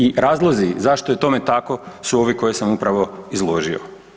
I razlozi zašto je tome tako su ovi koje sam upravo izložio.